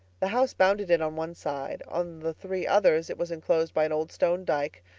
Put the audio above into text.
the house bounded it on one side on the three others it was enclosed by an old stone dyke,